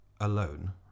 alone